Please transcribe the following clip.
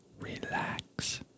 relax